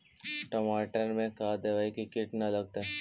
टमाटर में का देबै कि किट न लगतै?